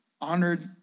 honored